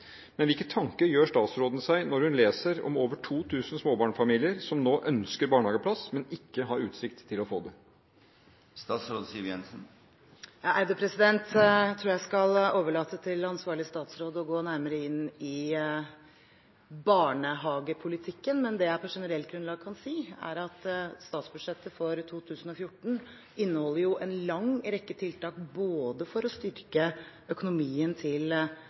Men hvilke tanker gjør statsråden seg når hun leser om over 2 000 småbarnsfamilier som nå ønsker barnehageplass, men ikke har utsikt til å få det? Jeg tror jeg skal overlate til ansvarlig statsråd å gå nærmere inn i barnehagepolitikken, men det jeg på generelt grunnlag kan si, er at statsbudsjettet for 2014 inneholder en lang rekke tiltak for å styrke økonomien til